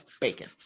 bacon